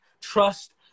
trust